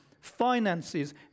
finances